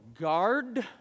Guard